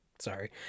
sorry